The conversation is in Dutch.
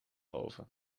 oven